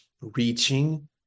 reaching